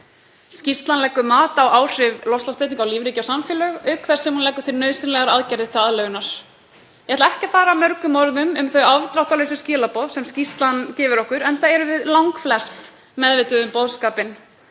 Skýrslan leggur mat á áhrif loftslagsbreytinga á lífríki og samfélög auk þess sem hún leggur til nauðsynlegar aðgerðir til aðlögunar. Ég ætla ekki að fara mörgum orðum um þau afdráttarlausu skilaboð sem skýrslan gefur okkur enda erum við langflest meðvituð um boðskapinn